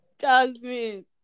jasmine